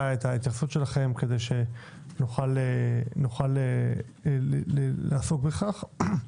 את ההתייחסות שלכם כדי שנוכל לעסוק בכך.